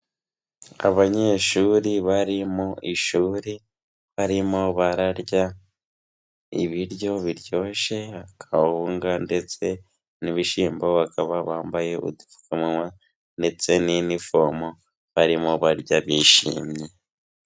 Abanyeshuri bari mu ishuri barimo bararya ibiryo biryoshye, akawunga ndetse n'ibishyimbo, bakaba bambaye udupfukamunwa ndetse n'inifomo barimo barya bishimye.